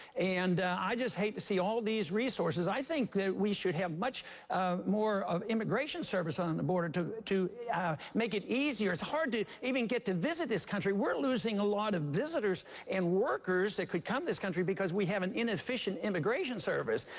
and i just hate to see all these resources i think that we should have much more immigration service on the border to to yeah make it easier it's hard to even get to visit this country. we're losing a lot of visitors and workers that could come to this country because we have an inefficient immigration service.